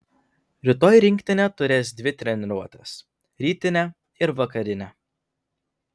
rytoj rinktinė turės dvi treniruotes rytinę ir vakarinę